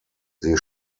sie